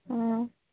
অঁ